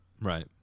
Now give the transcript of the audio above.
right